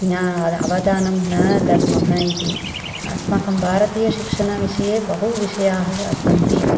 अवधानं न दद्मः इति अस्माकं भारतीयशिक्षणविषये बहुविषयाः सन्ति